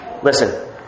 Listen